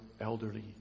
elderly